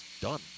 done